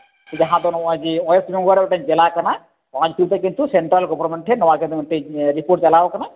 ᱡᱟᱦᱟᱸ ᱫᱚ ᱱᱚᱜᱼᱚᱭ ᱡᱮ ᱚᱭᱮᱥᱴ ᱵᱮᱝᱜᱚᱞ ᱨᱮᱱᱟᱜ ᱢᱤᱫᱴᱮᱱ ᱡᱮᱞᱟ ᱠᱟᱱᱟ ᱚᱱᱟ ᱧᱩᱛᱩᱢ ᱛᱮ ᱠᱤᱱᱛᱩ ᱥᱮᱱᱴᱨᱟᱞ ᱜᱚᱵᱷᱚᱨᱱᱢᱮᱱᱴ ᱴᱷᱮᱱ ᱢᱤᱫᱴᱮᱱ ᱨᱤᱯᱳᱨᱴ ᱪᱟᱞᱟᱣᱟᱠᱟᱱᱟ